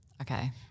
Okay